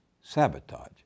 sabotage